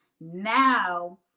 Now